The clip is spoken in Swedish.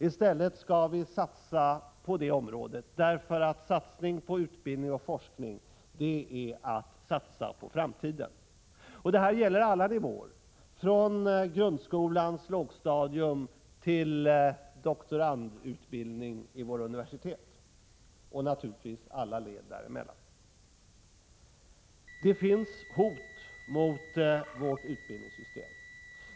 I stället skall vi satsa på det området, eftersom satsning på utbildning och forskning är en satsning på framtiden. Detta gäller alla nivåer, från grundskolans lågstadium till doktorandutbildning vid våra universitet — och naturligtvis alla led däremellan. Det finns hot mot vårt utbildningssystem.